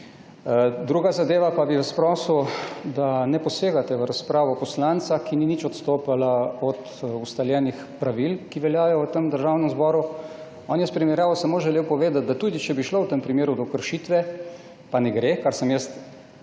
Druga zadeva. Prosil bi vas, da ne posegate v razpravo poslanca, ki ni nič odstopala od ustaljenih pravil, ki veljajo v Državnem zboru! On je s primerjavo samo želel povedati, da tudi če bi šlo v tem primeru do kršitve, pa ne gre, kar sem jaz